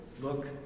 look